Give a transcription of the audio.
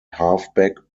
halfback